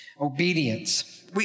Obedience